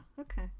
Okay